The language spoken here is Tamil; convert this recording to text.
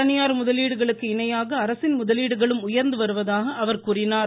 தனியார் முதலீடுகளுக்கு இணையாக அரசின் முதலீடுகளும் உயர்ந்து வருவதாக அவர் கூறினார்